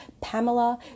pamela